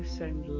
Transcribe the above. send